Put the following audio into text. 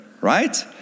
Right